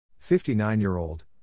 59-year-old